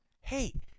Hey